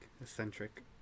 eccentric